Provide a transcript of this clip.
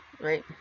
right